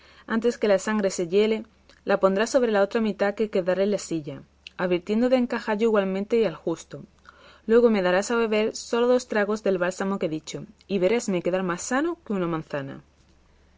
antes que la sangre se yele la pondrás sobre la otra mitad que quedare en la silla advirtiendo de encajallo igualmente y al justo luego me darás a beber solos dos tragos del bálsamo que he dicho y verásme quedar más sano que una manzana